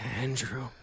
Andrew